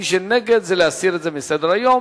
מי שנגד, זה להסיר את ההצעה מסדר-היום.